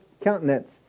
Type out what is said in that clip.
countenance